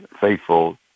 faithful